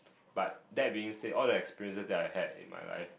but that being said all the experiences that I had in my life